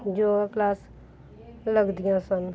yoga class ਲੱਗਦੀਆਂ ਸਨ